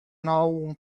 nou